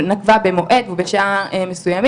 נקבה במועד בשעה מסוימת